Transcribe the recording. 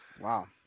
Wow